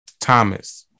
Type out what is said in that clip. Thomas